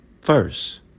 first